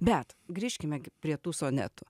bet grįžkime prie tų sonetų